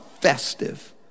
festive